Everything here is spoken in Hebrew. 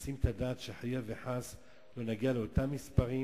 לתת את הדעת שחלילה וחס לא נגיע לאותם מספרים,